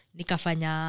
nikafanya